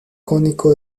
cónico